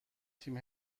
تیم